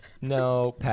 no